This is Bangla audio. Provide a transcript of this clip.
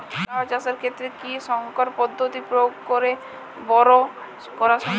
লাও চাষের ক্ষেত্রে কি সংকর পদ্ধতি প্রয়োগ করে বরো করা সম্ভব?